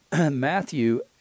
Matthew